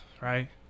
right